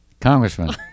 Congressman